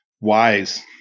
wise